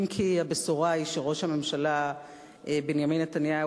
אם כי הבשורה היא שראש הממשלה בנימין נתניהו